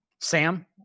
Sam